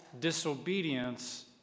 disobedience